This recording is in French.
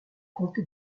comté